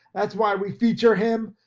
that's why we feature him.